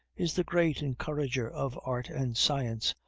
is the great encourager of art and science,